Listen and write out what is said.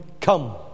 come